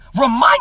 remind